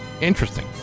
Interesting